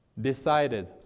decided